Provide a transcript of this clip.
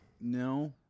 No